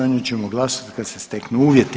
O njoj ćemo glasovati kad se steknu uvjeti.